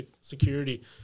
security